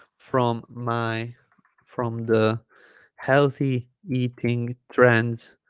from my from the healthy eating trends